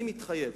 אני מתחייב,